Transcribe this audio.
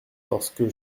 lorsque